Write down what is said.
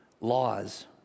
laws